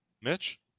Mitch